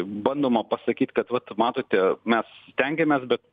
bandoma pasakyt kad vat matote mes stengiamės bet